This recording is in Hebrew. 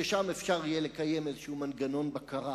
ששם אפשר יהיה לקיים איזשהו מנגנון בקרה